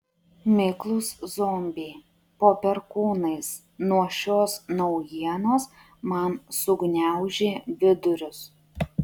miklūs zombiai po perkūnais nuo šios naujienos man sugniaužė vidurius